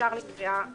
ישר לקריאה ראשונה.